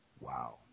Wow